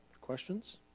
Questions